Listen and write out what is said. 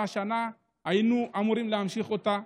והשנה היינו אמורים להמשיך אותה.